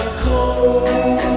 cold